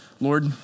Lord